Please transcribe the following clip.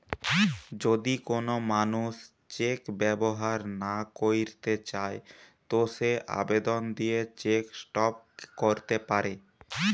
যদি কোন মানুষ চেক ব্যবহার না কইরতে চায় তো সে আবেদন দিয়ে চেক স্টপ ক্যরতে পারে